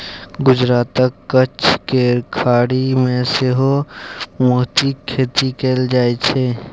गुजरातक कच्छ केर खाड़ी मे सेहो मोतीक खेती कएल जाइत छै